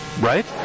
Right